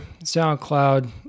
SoundCloud